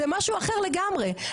זה משהו אחר לגמרי.